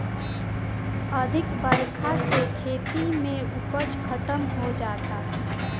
अधिका बरखा से खेती के उपज खतम हो जाता